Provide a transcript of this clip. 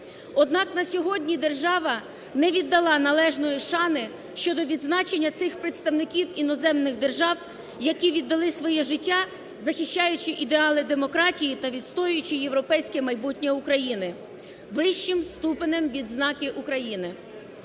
Однак на сьогодні держава не віддала належної шани щодо відзначення цих представників іноземних держав, які віддали своє життя, захищаючи ідеали демократії та відстоюючи європейське майбутнє України, вищим ступенем відзнаки України.